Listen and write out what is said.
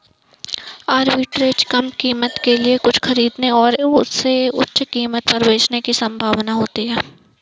arbitrage कम कीमत के लिए कुछ खरीदने और इसे उच्च कीमत पर बेचने की संभावना होती है